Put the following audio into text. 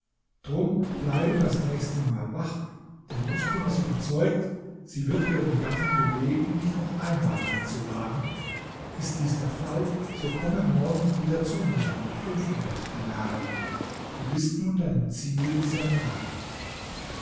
drum bleibe das nächste mal wach denn ich bin es überzeugt sie wird ihren gatten bewegen dich noch einmal einzuladen ist dies der fall so komme morgen wieder zu mir mit fünfhundert dinaren du bist nun deinem ziel sehr nahe